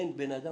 אין בן אדם